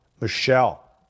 Michelle